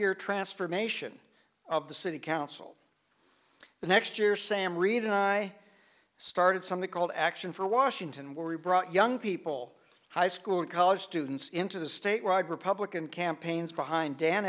year transformation of the city council the next year sam reed and i started something called action for washington where we brought young people high school and college students into the state wide republican campaigns behind dan